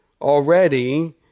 already